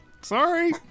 sorry